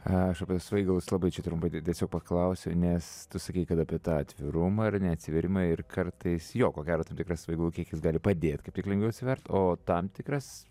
aš apie svaigaus labai čia trumpai tiesiog paklausiu nes tu sakei kad apie tą atvirumą ar ne atsvėrimą ir kartais jo ko gero tam tikras svaigalų kiekis gali padėt kaip tik lengviau atsivert o tam tikras